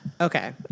Okay